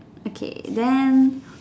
okay then